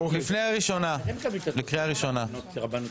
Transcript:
מי בעד?